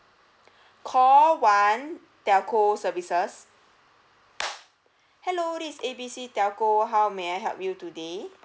call one telco services hello this A B C telco how may I help you today